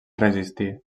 resistir